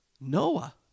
Noah